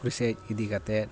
ᱯᱩᱠᱷᱨᱤ ᱥᱮᱫ ᱤᱫᱤ ᱠᱟᱛᱮᱫ